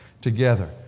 together